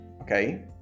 okay